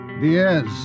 Diaz